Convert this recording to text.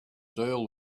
deal